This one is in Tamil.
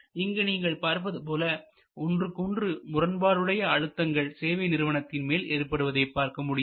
இங்கு நீங்கள் பார்ப்பது போல ஒன்றுக்கொன்று முரண்பாடுடைய அழுத்தங்கள் சேவை நிறுவனத்தின் மேல் ஏற்படுவதை பார்க்க முடியும்